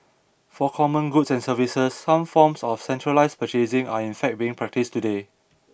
for common goods and services some forms of centralised purchasing are in fact being practised today